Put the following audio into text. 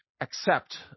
accept